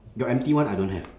your empty one I don't have